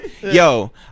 yo